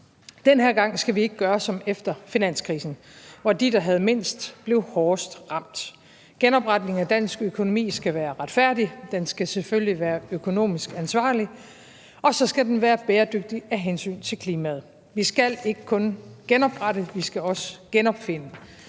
Den her gang skal vi ikke gøre som efter finanskrisen, hvor de, der havde mindst, blev hårdest ramt. Genopretningen af dansk økonomi skal være retfærdig, den skal selvfølgelig være økonomisk ansvarlig, og så skal den være bæredygtig af hensyn til klimaet. Vi skal ikke kun genoprette; vi skal også genopfinde.